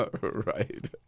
Right